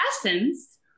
essence